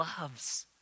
loves